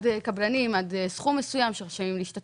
רשאים להשתתף קבלנים עד סכום מסוים שעומדים